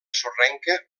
sorrenca